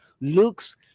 looks